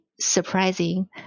surprising